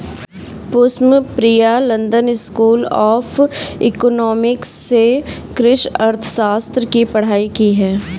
Pushpam Priya London School of Economics से कृषि अर्थशास्त्र की पढ़ाई की है